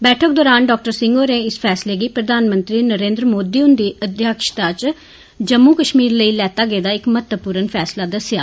बैठक दौरान डाक्टर सिंह होरें इस फैसले गी प्रधानमंत्री नरेन्द्र मोदी हन्दी अग्आई च जम्मू कश्मीर लेई लैता गेदा इक महत्वपूर्ण फैसला दस्सेया